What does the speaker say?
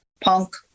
punk